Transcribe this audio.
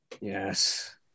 Yes